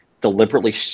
deliberately